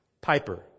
Piper